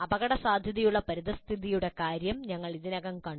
അപകടസാധ്യതയുള്ള പരിസ്ഥിതിയുടെ കാര്യം ഞങ്ങൾ ഇതിനകം കണ്ടു